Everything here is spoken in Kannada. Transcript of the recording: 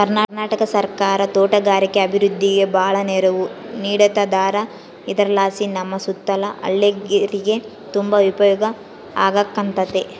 ಕರ್ನಾಟಕ ಸರ್ಕಾರ ತೋಟಗಾರಿಕೆ ಅಭಿವೃದ್ಧಿಗೆ ಬಾಳ ನೆರವು ನೀಡತದಾರ ಇದರಲಾಸಿ ನಮ್ಮ ಸುತ್ತಲ ಹಳ್ಳೇರಿಗೆ ತುಂಬಾ ಉಪಯೋಗ ಆಗಕತ್ತತೆ